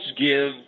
give